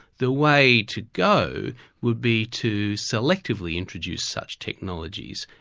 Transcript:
the way to go would be to selectively introduce such technologies,